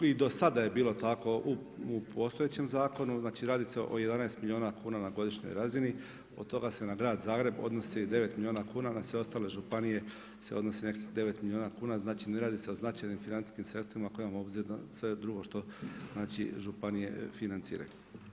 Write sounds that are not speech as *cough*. I do sada je bilo tako u postojećem zakonu, znači radi se o 11 milijuna kuna na godišnjoj razini, od toga se na grad Zagreb odnosi 9 milijuna, na sve ostale županije se odnosi nekih 9 milijuna kuna, znači ne radi se o značajnim financijskim sredstvima koje … *unintelligible* što sve drugo što županije financiraju.